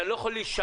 אתה לא יכול להישען